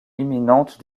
imminente